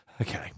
Okay